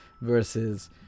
versus